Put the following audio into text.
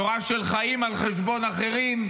תורה של חיים על חשבון אחרים,